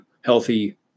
healthy